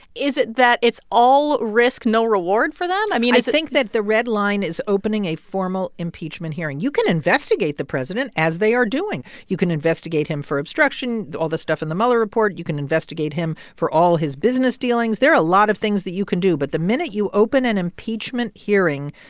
is it that it's all risk, no reward for them? i mean, is it. i think that the red line is opening a formal impeachment hearing. you can investigate the president, as they are doing. you can investigate him for obstruction, all the stuff in the mueller report. you can investigate him for all his business dealings. there are a lot of things that you can do. but the minute you open an impeachment hearing,